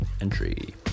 entry